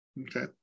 Okay